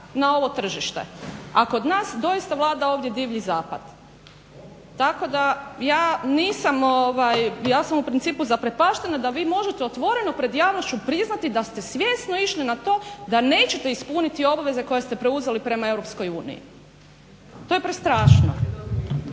na ovo tržište. A kod nas doista vlada ovdje divlji zapad. Tako da, ja nisam, ja sam u principu zaprepaštena da vi možete otvoreno pred javnošću priznati da ste svjesno išli na to da nećete ispuniti obveze koje ste preuzeli prema Europskoj